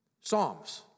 Psalms